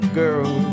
girl